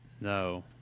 No